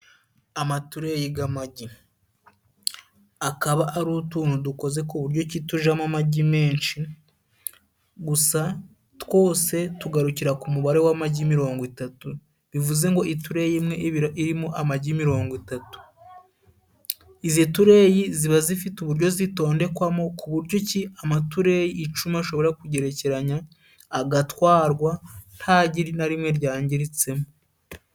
Amatureyi g'amagi. Akaba ari utuntu dukoze kuburyo ki tujamo amagi menshi, gusa twose tugarukira ku mubare w'amagi morongo itatu. Bivuze ngo itureyi imwe iba irimo amagi mirongo itatu. Izi tureyi ziba zifite uburyo zitondekwamo kuburyo ki amatureyi icumi ahobora kugerekeranya, agatwarwa nta gi na rimwe ryangiritse mo.